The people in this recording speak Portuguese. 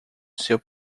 seu